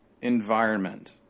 environment